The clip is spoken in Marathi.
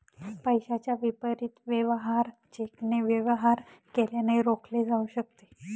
पैशाच्या विपरीत वेवहार चेकने वेवहार केल्याने रोखले जाऊ शकते